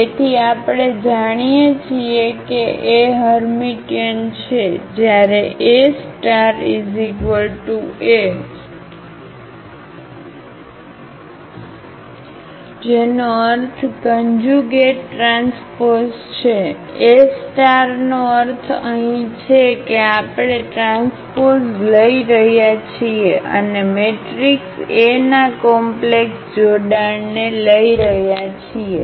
તેથી આપણે જાણીએ છીએ કે A હર્મિટિયન છે જ્યારે A A જેનો અર્થ કંજુગેટ ટ્રાન્સપોઝ છે A નો અર્થ અહીં છે કે આપણે ટ્રાન્સપોઝ લઈ રહ્યા છીએ અને મેટ્રિક્સ A ના કોમ્પ્લેક્સ જોડાણને લઈ રહ્યા છીએ